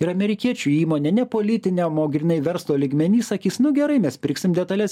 ir amerikiečių įmonė ne politiniam grynai verslo lygmenyje sakys nu gerai mes pirksime detales